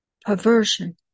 perversion